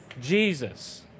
Jesus